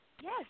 Yes